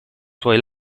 suoi